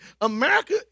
America